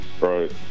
Right